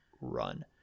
run